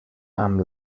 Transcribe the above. amb